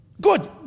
Good